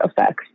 effects